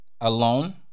alone